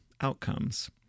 outcomes